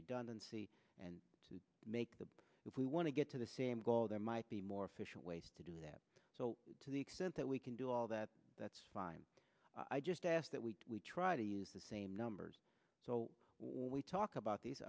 redundancy and to make the if we want to get to the same goal there might be more efficient ways to do that so to the extent that we can do all that that's fine i just ask that we try to use the same numbers so when we talk about these